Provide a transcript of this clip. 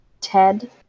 Ted